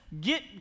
get